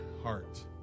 heart